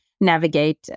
navigate